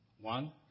one